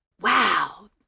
Wow